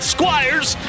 Squires